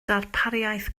darpariaeth